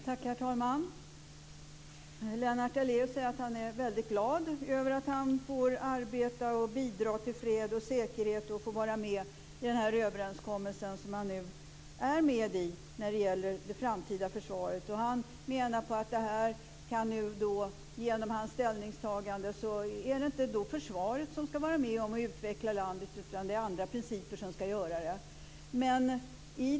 Herr talman! Lennart Daléus säger att han är väldigt glad över att han får arbeta och bidra till fred och säkerhet genom att vara med i den överenskommelse om det framtida försvaret som han är med i. Han menar att genom hans ställningstagande är det inte försvaret som ska vara med om att utveckla landet utan det är andra principer som ska göra det.